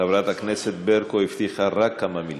חברת הכנסת ברקו הבטיחה רק כמה מילים.